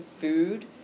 food